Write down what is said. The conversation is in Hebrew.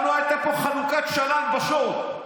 יענו, הייתה פה חלוקת שלל ב-show.